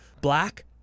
Black